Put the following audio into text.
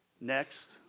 Next